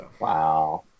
Wow